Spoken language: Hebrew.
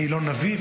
אני לא נביא,